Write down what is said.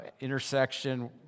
intersection